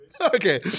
Okay